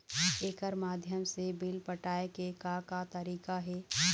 एकर माध्यम से बिल पटाए के का का तरीका हे?